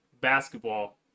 basketball